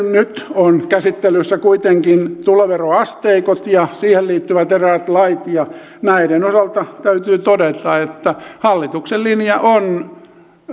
nyt ovat käsittelyssä kuitenkin tuloveroasteikot ja niihin liittyvät eräät lait ja näiden osalta täytyy todeta että hallituksen linja on